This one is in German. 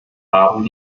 haben